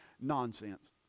Nonsense